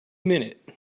minute